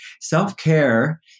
self-care